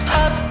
up